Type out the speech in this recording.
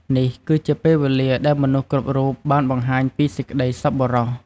នេះគឺជាពេលវេលាដែលមនុស្សគ្រប់រូបបានបង្ហាញពីសេចក្តីសប្បុរស។